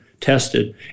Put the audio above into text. tested